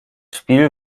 spiel